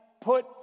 put